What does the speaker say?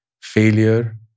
failure